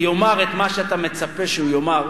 יאמר את מה שאתה מצפה שהוא יאמר,